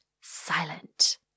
silent